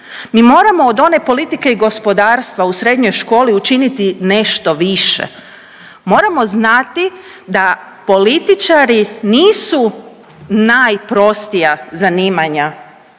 Mi moramo od one politike i gospodarstva u srednjoj školi učiniti nešto više. Moramo znati da političari nisu najprostija zanimanja